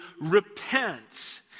repent